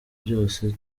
byose